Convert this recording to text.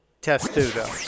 Testudo